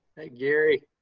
gary.